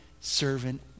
servant